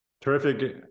Terrific